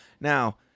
Now